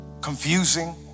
confusing